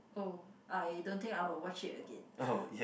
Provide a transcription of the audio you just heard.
oh I don't think I will watch it again